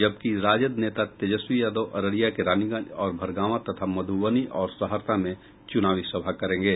जबकि राजद नेता तेजस्वी यादव अररिया के रानीगंज और भरगामा तथा मध्रबनी और सहरसा में चुनावी सभा करेंगे